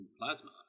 Plasma